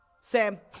Sam